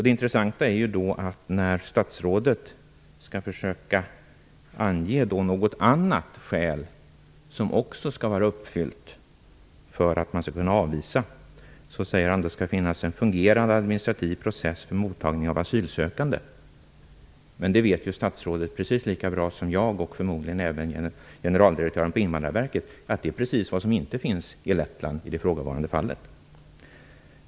Det intressanta är att när statsrådet skall försöka ange något annat skäl som också skall vara uppfyllt för att man skall kunna avvisa, säger han att det skall finnas en fungerande administrativ process vid mottagning av asylsökande. Men det vet statsrådet precis lika bra som jag och förmodligen även generaldirektören på Invandrarverket att det är precis vad som inte finns i Lettland i det ifrågavarande fallet.